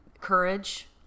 courage